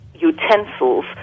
utensils